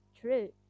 true